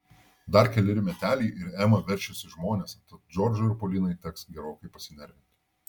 dar keleri meteliai ir ema veršis į žmones tad džordžui ir polinai teks gerokai pasinervinti